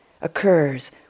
occurs